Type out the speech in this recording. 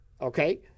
Okay